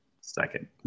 second